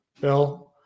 Bill